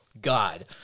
God